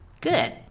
Good